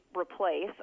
replace